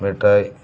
మిఠాయి